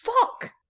fuck